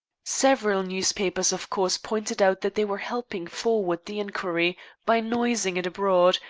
several newspapers, of course, pointed out that they were helping forward the inquiry by noising it abroad,